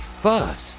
first